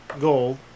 gold